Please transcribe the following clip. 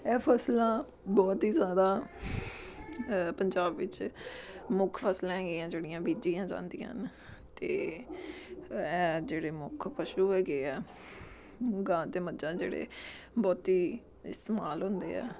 ਇਹ ਫ਼ਸਲਾਂ ਬਹੁਤ ਹੀ ਜ਼ਿਆਦਾ ਪੰਜਾਬ ਵਿੱਚ ਮੁੱਖ ਫਸਲਾਂ ਹੈਗੀਆਂ ਜਿਹੜੀਆਂ ਬੀਜੀਆਂ ਜਾਂਦੀਆਂ ਹਨ ਅਤੇ ਐਹ ਜਿਹੜੇ ਮੁੱਖ ਪਸ਼ੂ ਹੈਗੇ ਹੈ ਗਾਂ ਅਤੇ ਮੱਝਾਂ ਜਿਹੜੇ ਬਹੁਤ ਹੀ ਇਸਤੇਮਾਲ ਹੁੰਦੇ ਹੈ